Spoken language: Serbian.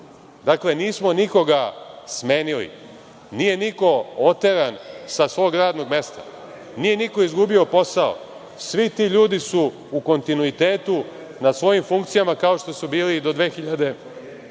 vlast. Dakle, nismo nikoga smenili. Nije niko oteran sa svog radnog mesta. Nije niko izgubio posao. Svi ti ljudi su u kontinuitetu na svojim funkcijama, kao što su bili i do 2012.